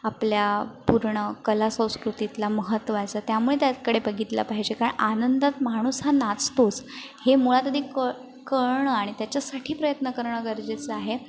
आपल्या पूर्ण कलासंस्कृतीतला महत्वाचा त्यामुळे त्याकडे बघितला पाहिजे काय आनंदात माणूस हा नाचतोच हे मुळात आधी कळ कळणं आणि त्याच्यासाठी प्रयत्न करणं गरजेचं आहे